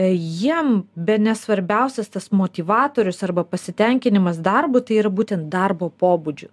jiem bene svarbiausias tas motyvatorius arba pasitenkinimas darbu tai yra būtent darbo pobūdžiu